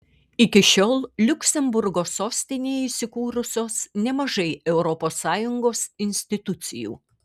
iki šiol liuksemburgo sostinėje įsikūrusios nemažai europos sąjungos institucijų